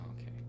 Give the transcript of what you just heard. okay